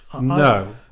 No